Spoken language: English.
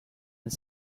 and